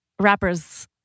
rappers